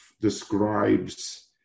describes